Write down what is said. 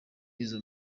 izo